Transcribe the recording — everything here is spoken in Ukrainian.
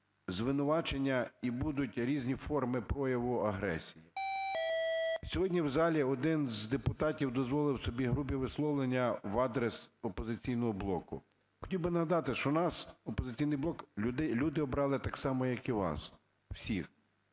звинувачення і будуть різні форми прояву агресії. Сьогодні в залі один з депутатів дозволив собі грубі висловлювання в адрес "Опозиційного блоку". Хотів би нагадати, що нас, "Опозиційний блок", люди обрали так само, як і вас всіх.